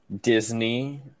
Disney